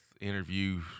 interview